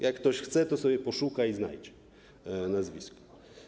Jak ktoś chce, to sobie poszuka i znajdzie nazwisko.